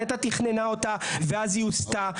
נת"ע תכננה אותה ואז היא הוסטה.